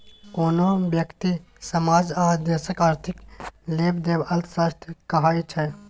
कोनो ब्यक्ति, समाज आ देशक आर्थिक लेबदेब अर्थशास्त्र कहाइ छै